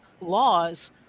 laws